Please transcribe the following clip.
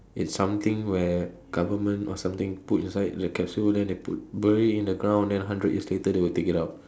it's something where government or something put inside the capsule then they put inside bury in the ground then hundred years later they will take it out